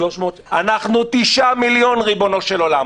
370. ריבונו של עולם,